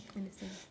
understand